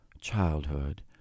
childhood